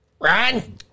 run